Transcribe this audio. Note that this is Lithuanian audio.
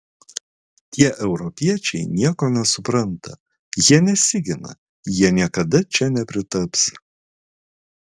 tie europiečiai nieko nesupranta jie nesigina jie niekada čia nepritaps